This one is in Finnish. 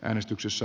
äänestyksessä